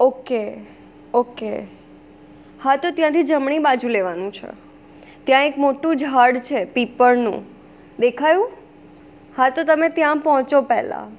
okay okay હા તો ત્યાંથી જમણી બાજુ લેવાનું છે ત્યાં એક મોટું ઝાડ છે પીપળનું દેખાયુ હા તો તમે ત્યાં પહોંચો પહેલા